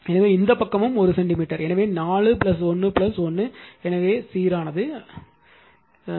எனவே இந்த பக்கமும் 1 சென்டிமீட்டர் எனவே 4 1 1 எனவே சீரானது அது சீரானது